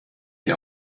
die